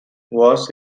was